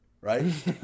right